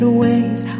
ways